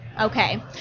okay